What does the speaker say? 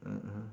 ah ah